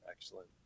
Excellent